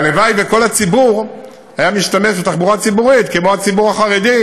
הלוואי שכל הציבור היה משתמש בתחבורה הציבורית כמו הציבור החרדי,